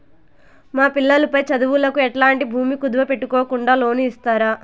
మా పిల్లలు పై చదువులకు ఎట్లాంటి భూమి కుదువు పెట్టుకోకుండా లోను ఇస్తారా